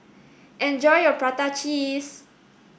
enjoy your Prata Cheese